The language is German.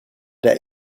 der